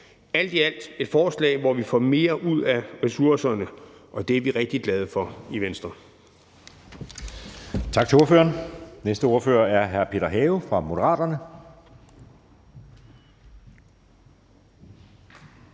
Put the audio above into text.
alt er det et forslag, hvor vi får mere ud af ressourcerne, og det er vi rigtig glade for i Venstre.